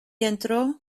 entrò